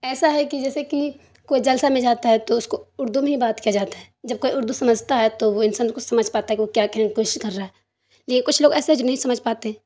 ایسا ہے کہ جیسے کہ کوئی جلسہ میں جاتا ہے تو اس کو اردو میں ہی بات کیا جاتا ہے جب کوئی اردو سمجھتا ہے تو وہ انسان کو سمجھ پاتا ہے کہ وہ کیا کہنے کی کوشش کر رہا ہے لیکن کچھ لوگ ایسے ہیں جو نہیں سمجھ پاتے ہیں